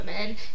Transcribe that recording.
women